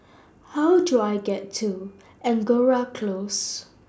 How Do I get to Angora Close